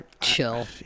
chill